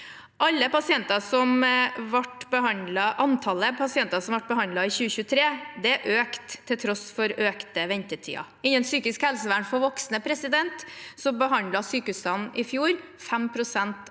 Antall pasienter som ble behandlet i 2023, økte til tross for økte ventetider. Innen psykisk helsevern for voksne behandlet sykehusene i fjor 5 pst. av befolkningen.